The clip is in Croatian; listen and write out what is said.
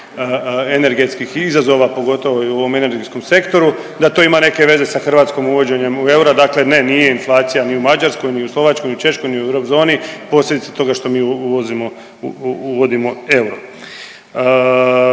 energetskih izazova pogotovo i u ovom energetskom sektoru, da to ima neke veze sa Hrvatskom uvođenjem eura, dakle ne, nije inflacije ni u Mađarskoj, ni u Slovačkoj, ni u Češkoj, ni u eurozoni posljedica toga što mi uvozimo, uvodimo euro.